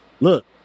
look